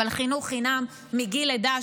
אבל חינוך חינם מגיל לידה,